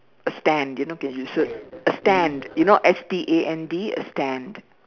a stand you know can you saw a stand you know S T A N D a stand